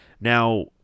Now